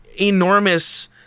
enormous